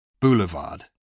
Boulevard